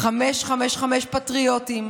חמש חמש חמש פטריוטים,